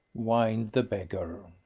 whined the beggar.